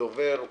דובר,